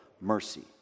mercy